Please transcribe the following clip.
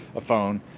a phone,